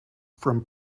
from